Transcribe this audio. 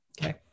okay